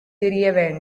திரிய